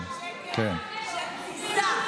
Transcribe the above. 13 מיליארד שקל של ביזה,